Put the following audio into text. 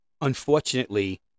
unfortunately